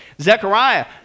Zechariah